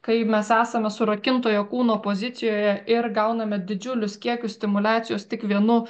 kai mes esame surakintojo kūno pozicijoje ir gauname didžiulius kiekius stimuliacijos tik vienu